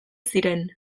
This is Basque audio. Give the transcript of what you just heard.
ziren